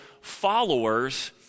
followers